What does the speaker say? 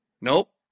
Nope